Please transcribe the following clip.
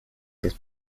this